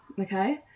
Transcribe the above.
okay